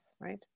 right